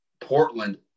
Portland